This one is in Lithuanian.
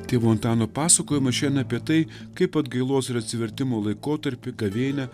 tėvo antano pasakojimas šiandien apie tai kaip atgailos ir atsivertimo laikotarpį gavėnią